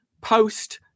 post